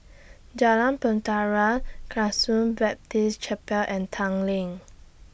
Jalan Bahtera Baptist Chapel and Tanglin